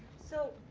so,